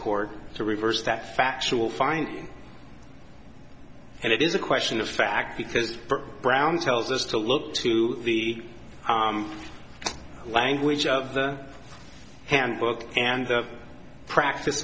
court to reverse that factual finding and it is a question of fact because brown tells us to look to the language of the handbook and the practice